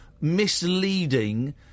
misleading